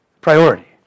priority